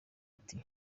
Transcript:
ati